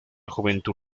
juventud